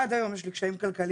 עד היום יש לי קשיים כלכליים,